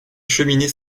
cheminée